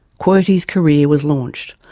qwerty's career was launched,